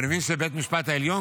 אני מבין שבית המשפט העליון,